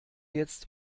jetzt